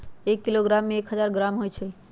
एक किलोग्राम में एक हजार ग्राम होई छई